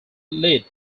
lead